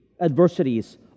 adversities